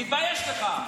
תתבייש לך.